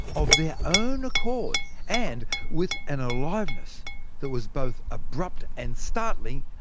of their own accord, and with an aliveness that was both abrupt and startling.